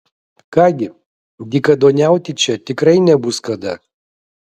ką gi dykaduoniauti čia tikrai nebus kada